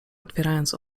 otwierając